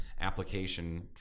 application